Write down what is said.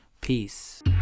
peace